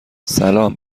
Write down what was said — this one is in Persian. سلام